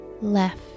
Left